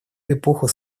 эпоху